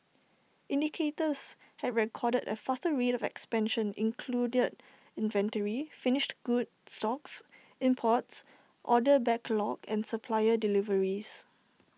indicators had recorded A faster rate of expansion included inventory finished goods stocks imports order backlog and supplier deliveries